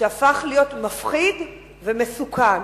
שהפך להיות מפחיד ומסוכן.